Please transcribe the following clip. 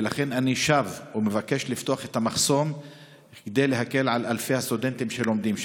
ואני שב ומבקש לפתוח את המחסום כדי להקל על אלפי הסטודנטים שלומדים שם.